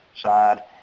side